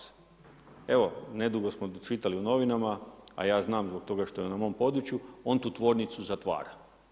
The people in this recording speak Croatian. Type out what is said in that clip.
Evo, nedugo smo čitali u novinama, a ja znam, zbog toga što je na mom području, on tu tvornicu zatvara.